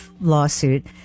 lawsuit